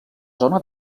zona